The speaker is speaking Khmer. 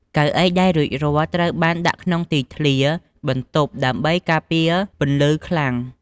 កៅអីដែលរួចរាល់ត្រូវបានដាក់ក្នុងទីធ្លាបន្ទប់ដើម្បីការពារពន្លឺខ្លាំង។